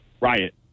riot